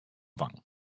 wang